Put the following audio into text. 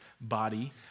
body